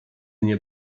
nie